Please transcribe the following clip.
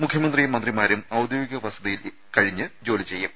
മുഖ്യമന്ത്രിയും മന്ത്രിമാരും ഔദ്യോഗിക വസതിയിൽ കഴിഞ്ഞ് ജോലി ചെയ്യും